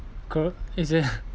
cor~ is it